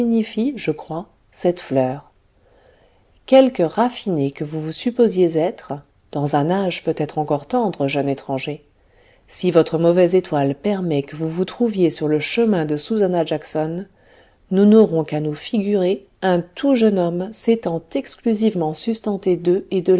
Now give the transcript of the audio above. je crois cette fleur quelque raffiné que vous vous supposiez être dans un âge peut-être encore tendre jeune étranger si votre mauvaise étoile permet que vous vous trouviez sur le chemin de susannah jackson nous n'aurons qu'à nous figurer un tout jeune homme s'étant exclusivement sustenté d'œufs et de